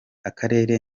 akarere